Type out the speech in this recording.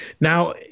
Now